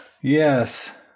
Yes